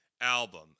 album